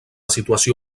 situació